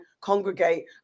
congregate